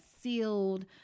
sealed